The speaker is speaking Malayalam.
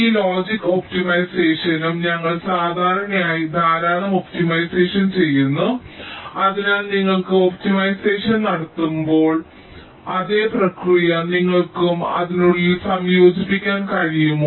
ഈ ലോജിക് ഒപ്റ്റിമൈസേഷനും ഞങ്ങൾ സാധാരണയായി ധാരാളം ഒപ്റ്റിമൈസേഷൻ ചെയ്യുന്നു അതിനാൽ നിങ്ങൾ ഒപ്റ്റിമൈസേഷൻ നടത്തുമ്പോൾ അതേ പ്രക്രിയ നിങ്ങൾക്ക് അതിനുള്ളിൽ സംയോജിപ്പിക്കാൻ കഴിയുമോ